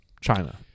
China